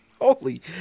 Holy